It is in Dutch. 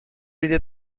jullie